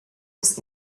was